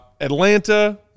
Atlanta